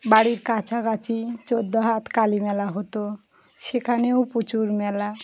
বাড়ির কাছাকাছি চোদ্দ হাত কালী মেলা হতো সেখানেও প্রচুর মেলা